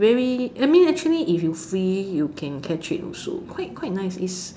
very I mean actually if you free you can catch it also quite quite nice is